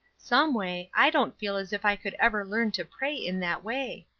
someway, i don't feel as if i could ever learn to pray in that way.